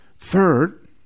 Third